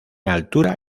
altura